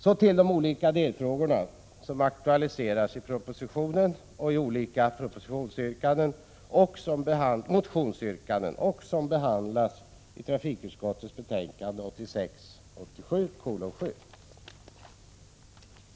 Så till de olika delfrågor som aktualierats i propositionen och i olika motionsyrkanden och som behandlats i trafikutskottets betänkande 1986/87:7.